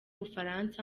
bufaransa